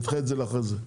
נדחה את זה לאחר מכן.